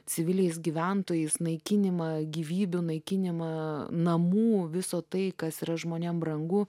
civiliais gyventojais naikinimą gyvybių naikinimą namų viso tai kas yra žmonėm brangu